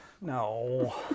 no